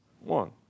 One